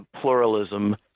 pluralism